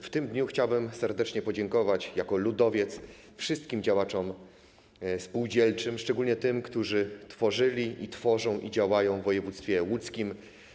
W tym dniu chciałbym serdecznie podziękować, jako ludowiec, wszystkim działaczom spółdzielczym, szczególnie tym, którzy tworzyli i tworzą je i działają w województwie łódzkim.